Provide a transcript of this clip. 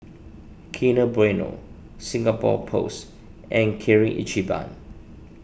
Kinder Bueno Singapore Post and Kirin Ichiban